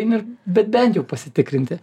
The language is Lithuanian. eini bet bent jau pasitikrinti